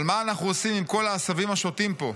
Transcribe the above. אבל מה אנחנו עושים עם כל העשבים השוטים פה?